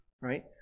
right